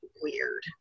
weird